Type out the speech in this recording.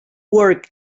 work